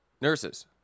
nurses